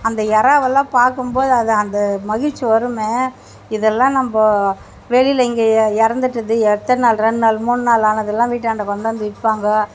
அந்த எறாவெல்லாம் பார்க்கும்போது அது அந்த மகிழ்ச்சி வருமே இதல்லாம் நம்ம வெளியில் இங்கே இறந்துட்டது எத்தனை நாள் ரெண்டு நாள் மூணு நாள் ஆனதுலாம் வீட்டாண்ட கொண்டு வந்து விற்பாங்க